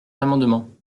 d’amendements